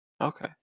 Okay